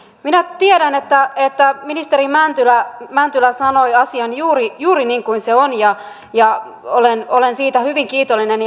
minä tiedän että että ministeri mäntylä mäntylä sanoi asian juuri juuri niin kuin se on ja ja olen olen siitä hyvin kiitollinen